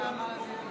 (קורא בשם חברת הכנסת)